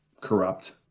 corrupt